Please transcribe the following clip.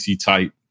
type